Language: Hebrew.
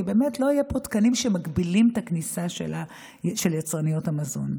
כי באמת לא יהיו פה תקנים שמגבילים את הכניסה של יצרניות המזון.